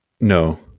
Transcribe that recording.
no